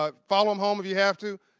um follow him home if you have to.